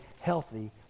healthy